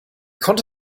konnte